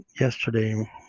yesterday